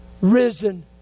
risen